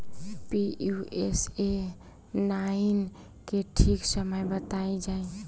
Pusa nine के ठीक समय बताई जाई?